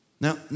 Now